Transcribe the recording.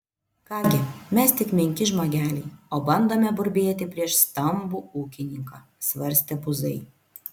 ką gi mes tik menki žmogeliai o bandome burbėti prieš stambų ūkininką svarstė buzai